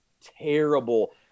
terrible